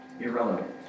irrelevant